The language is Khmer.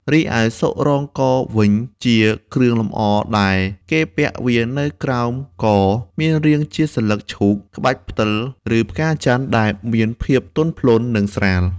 រីឯសុរ៉ងកវិញជាគ្រឿងលម្អដែលគេពាក់វានៅក្រោមក មានរាងជាសន្លឹកឈូក ក្បាច់ផ្តិល ឬផ្កាចន្ទន៍ ដែលមានភាពទន់ភ្លន់ និងស្រាល។